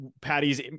Patty's